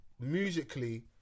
musically